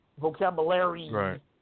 vocabulary